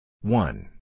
One